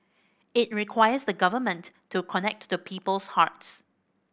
it requires the Government to connect to people's hearts